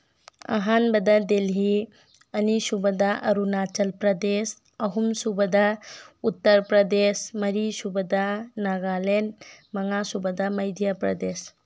ꯑꯍꯥꯟꯕꯗ ꯗꯤꯜꯂꯤ ꯑꯅꯤꯁꯨꯕꯗ ꯑꯔꯨꯅꯥꯆꯜ ꯄ꯭ꯔꯗꯦꯁ ꯑꯍꯨꯝꯁꯨꯕꯗ ꯎꯇꯔ ꯄ꯭ꯔꯗꯦꯁ ꯃꯔꯤꯁꯨꯕꯗ ꯅꯒꯥꯂꯦꯟ ꯃꯉꯥꯁꯨꯕꯗ ꯃꯩꯙ꯭ꯌ ꯄ꯭ꯔꯗꯦꯁ